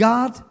God